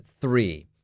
three